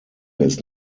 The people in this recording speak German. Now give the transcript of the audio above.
ist